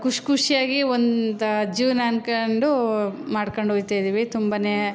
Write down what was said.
ಖುಷಿ ಖುಷಿಯಾಗಿ ಒಂದು ಜೀವನ ಅಂದ್ಕೊಂಡು ಮಾಡ್ಕೊಂಡೋಗ್ತಾ ಇದ್ದೀವಿ ತುಂಬನೇ